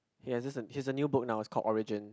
he has this he has a new book now it's called Origin